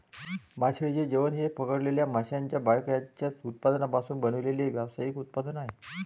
मासळीचे जेवण हे पकडलेल्या माशांच्या बायकॅचच्या उत्पादनांपासून बनवलेले व्यावसायिक उत्पादन आहे